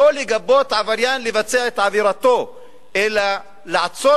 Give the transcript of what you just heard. לא לגבות עבריין לבצע את עבירתו אלא לעצור